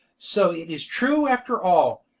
so it is true after all!